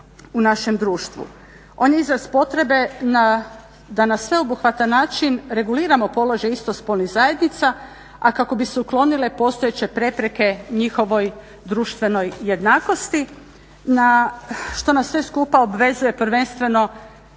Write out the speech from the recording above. u našem društvu. On je izraz potrebe da na sveobuhvatan način reguliramo položaj istospolnih zajednica, a kako bi se uklonile postojeće prepreke njihovoj društvenoj jednakosti, što nas sve skupa obvezuje prvenstveno